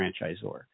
franchisor